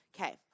Okay